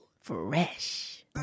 fresh